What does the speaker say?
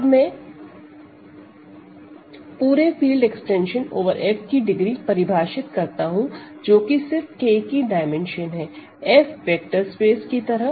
अब मैं पूरे फील्ड एक्सटेंशन ओवर F की डिग्री परिभाषित करता हूं जो कि सिर्फ K की डायमेंशन F वेक्टर स्पेस की तरह